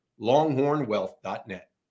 longhornwealth.net